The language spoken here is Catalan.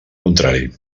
contrari